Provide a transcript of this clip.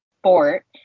sport